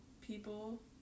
people